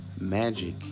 magic